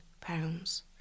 pounds